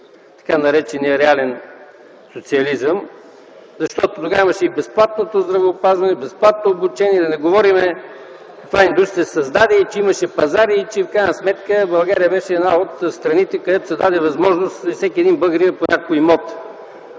така наречения реален социализъм, защото тогава имаше и безплатното здравеопазване, безплатното обучение, да не говорим каква индустрия се създаде, че имаше пазари и че в крайна сметка България беше една от страните, където се даде възможност всеки един българин да има по някой имот.